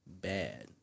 Bad